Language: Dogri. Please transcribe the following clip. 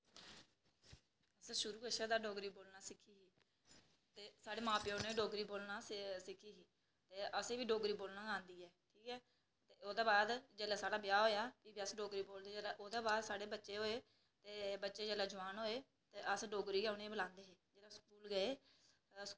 असें शुरू कशा गै डोगरी बोलना सिक्खी ते साढ़े मां प्यो नै बी डोगरी बोलना सिक्खी ही ते असेंगी बी डोगरी बोलना आंदी ऐ इयै ओह्दे बाद जेल्लै साढ़ा ब्याह् होआ ते भी अस डोगरी बोलदे ते ओह्दे बाद जेह्ड़े साढ़े बच्चे होए ते बच्चे जेल्लै जुआन होए अस डोगरी गै उनेंगी बोलांदे हे जेल्लै स्कूल गे एह्